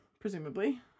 Presumably